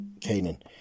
Canaan